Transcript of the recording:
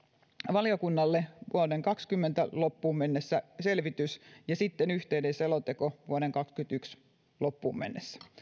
valiokunnalle vuoden kaksituhattakaksikymmentä loppuun mennessä selvitys ja sitten yhteinen selonteko vuoden kaksituhattakaksikymmentäyksi loppuun mennessä